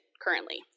currently